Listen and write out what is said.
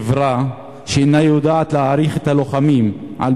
חברה שאינה יודעת להעריך את הלוחמים על